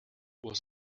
was